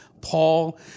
Paul